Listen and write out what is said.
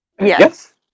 Yes